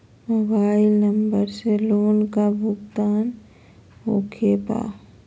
Mobile number से loan का भुगतान होखे बा?